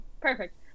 perfect